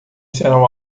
serão